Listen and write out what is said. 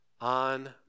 On